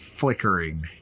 Flickering